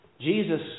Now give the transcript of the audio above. Jesus